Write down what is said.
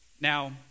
Now